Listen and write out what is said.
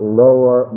lower